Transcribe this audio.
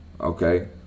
okay